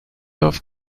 off